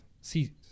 See